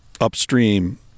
upstream